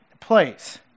place